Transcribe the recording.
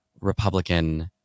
Republican